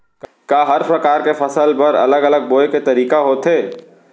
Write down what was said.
का हर प्रकार के फसल बर अलग अलग बोये के तरीका होथे?